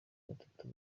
gatatu